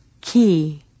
key